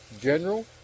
General